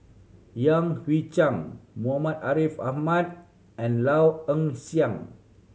Yan Hui Chang Muhammad Ariff Ahmad and Low Ing Sing